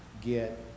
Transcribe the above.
get